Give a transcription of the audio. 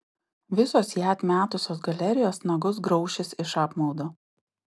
visos ją atmetusios galerijos nagus graušis iš apmaudo